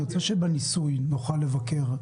אני רוצה שבניסוי נוכל לבקר,